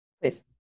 Please